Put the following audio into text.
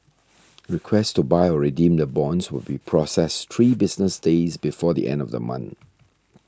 requests to buy or redeem the bonds will be processed three business days before the end of the month